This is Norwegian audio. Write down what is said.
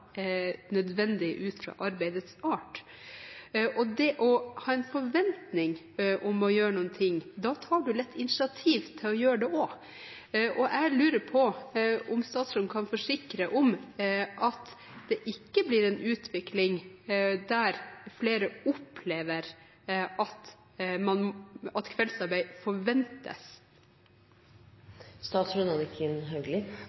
nødvendig ut fra arbeidets art. Og har man en forventning om å gjøre noe, tar man også lett initiativ til å gjøre det. Jeg lurer på om statsråden kan forsikre om at det ikke blir en utvikling der flere opplever at